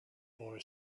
boy